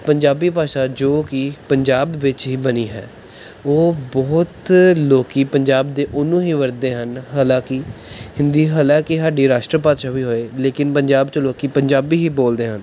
ਪੰਜਾਬੀ ਭਾਸ਼ਾ ਜੋ ਕਿ ਪੰਜਾਬ ਵਿੱਚ ਹੀ ਬਣੀ ਹੈ ਉਹ ਬਹੁਤ ਲੋਕ ਪੰਜਾਬ ਦੇ ਉਹਨੂੰ ਹੀ ਵਰਦੇ ਹਨ ਹਾਲਾਂਕਿ ਹਿੰਦੀ ਹਾਲਾਂਕਿ ਸਾਡੀ ਰਾਸ਼ਟਰ ਭਾਸ਼ਾ ਵੀ ਹੋਏ ਲੇਕਿਨ ਪੰਜਾਬ 'ਚ ਲੋਕ ਪੰਜਾਬੀ ਹੀ ਬੋਲਦੇ ਹਨ